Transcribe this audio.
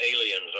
aliens